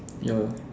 ya